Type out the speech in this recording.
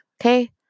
Okay